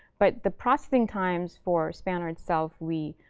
but the processing times for spanner itself we